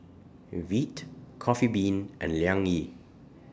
Veet Coffee Bean and Liang Yi